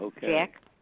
Jack